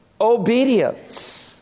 Obedience